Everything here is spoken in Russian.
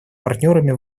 партнерами